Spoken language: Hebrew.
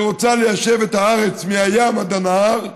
והיא רוצה ליישב את הארץ מהים עד הנהר,